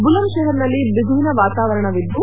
ಬುಲಂದ್ಶೆಹರ್ನಲ್ಲಿ ಬಿಗುವಿನ ವಾತಾವರಣವಿದ್ದು